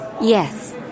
Yes